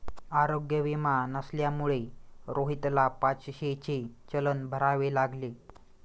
आरोग्य विमा नसल्यामुळे रोहितला पाचशेचे चलन भरावे लागले